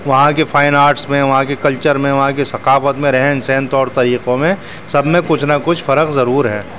وہاں کے fine arts میں وہاں کے کلچر میں وہاں کے ثقافت میں رہن سہن طور طریقوں میں سب میں کچھ نہ کچھ فرق ضرور ہے